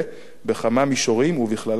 ובכללם באמצעות חוק הסטנדרטים